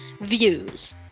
views